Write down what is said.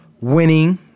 Winning